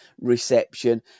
reception